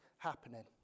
happening